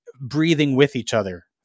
breathing-with-each-other